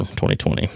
2020